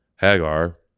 Hagar